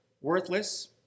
worthless